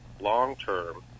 long-term